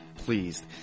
pleased